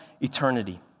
eternity